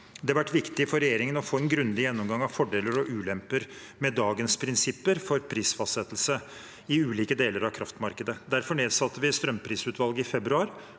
det vært viktig for regjeringen å få en grundig gjennomgang av fordeler og ulemper med dagens prinsipper for prisfastsettelse i ulike deler av kraftmarkedet. Derfor nedsatte vi strømprisutvalget i februar,